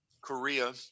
korea